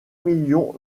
million